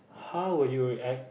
how will you react